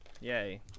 Yay